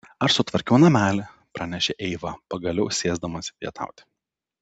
aš sutvarkiau namelį pranešė eiva pagaliau sėsdamasi pietauti